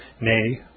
nay